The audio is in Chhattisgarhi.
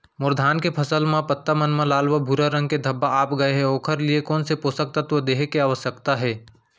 मोर धान के फसल म पत्ता मन म लाल व भूरा रंग के धब्बा आप गए हे ओखर लिए कोन स पोसक तत्व देहे के आवश्यकता हे?